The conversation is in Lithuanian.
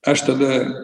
aš tada